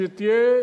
שיהיו